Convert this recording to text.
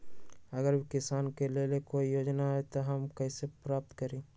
अगर किसान के लेल कोई योजना है त हम कईसे प्राप्त करी?